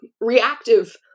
reactive